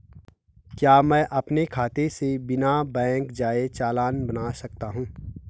क्या मैं अपने खाते से बिना बैंक जाए चालान बना सकता हूँ?